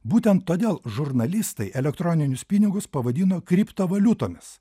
būtent todėl žurnalistai elektroninius pinigus pavadino kriptovaliutomis